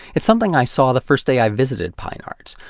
it's something i saw the first day i visited pyne arts,